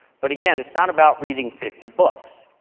but again, it's not about reading fifty books.